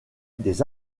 des